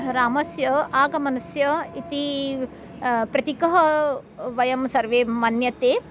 रामस्य आगमनस्य इति प्रतिकः वयं सर्वे मन्यन्ते